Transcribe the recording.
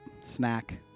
Snack